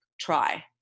try